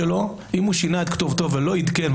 אם הוא שינה את כתובתו ולא עדכן,